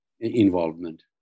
involvement